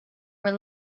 were